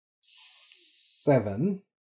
seven